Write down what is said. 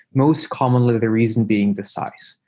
most commonly the reason being the size.